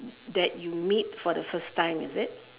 that you meet for the first time is it